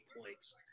points